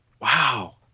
Wow